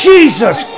Jesus